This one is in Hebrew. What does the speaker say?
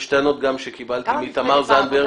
יש טענות גם שקיבלתי מתמר זנדברג.